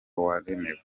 waremewe